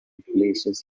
places